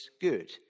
good